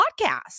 podcast